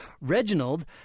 Reginald